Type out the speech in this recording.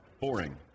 boring